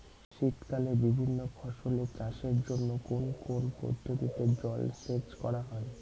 শীতকালে বিভিন্ন ফসলের চাষের জন্য কোন কোন পদ্ধতিতে জলসেচ করা হয়?